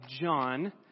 John